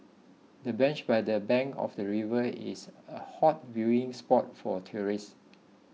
the bench by the bank of the river is a hot viewing spot for tourists